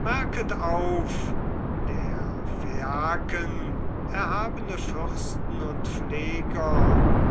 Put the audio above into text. merket auf der phaiaken erhabene fürsten und pfleger